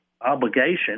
obligation